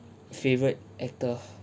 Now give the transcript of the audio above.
favourite actor